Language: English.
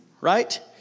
right